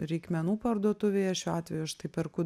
reikmenų parduotuvėje šiuo atveju aš tai perku